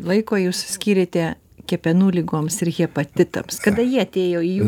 laiko jūs skyrėte kepenų ligoms ir hepatitams kada jie atėjo į